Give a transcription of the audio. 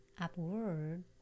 upward